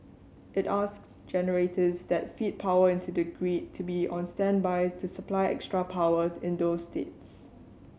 it asked generators that feed power into the grid to be on standby to supply extra power in those states